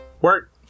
work